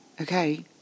Okay